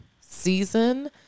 season